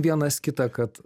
vienas kitą kad